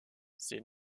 ses